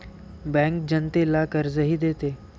bank जनतेला कर्जही देते